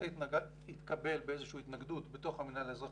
זה התקבל באיזה שהיא התנגדות בתוך המינהל האזרחי,